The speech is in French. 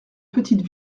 petites